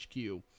HQ